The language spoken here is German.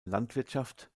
landwirtschaft